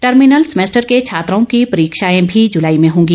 terminal semester के छात्रों की परीक्षाएं भी जलाई में होंगी